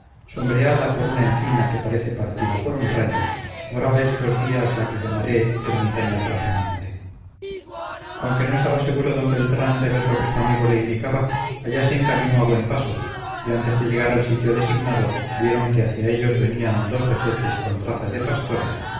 sombreada por una encina que parece partida por un rayo moraba estos días la que llamaré ermitaña trashumante aunque no estaba seguro d beltrán de ver lo que su amigo le indicaba allá se encaminó a buen paso y antes de llegar al sitio designado vieron que hacia ellos venían dos vejetes con trazas de pastores